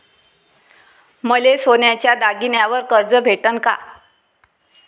मले सोन्याच्या दागिन्यावर कर्ज भेटन का?